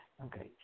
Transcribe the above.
Okay